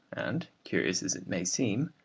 and, curious as it may seem,